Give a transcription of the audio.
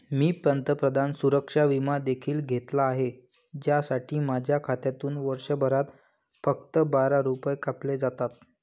मी पंतप्रधान सुरक्षा विमा देखील घेतला आहे, ज्यासाठी माझ्या खात्यातून वर्षभरात फक्त बारा रुपये कापले जातात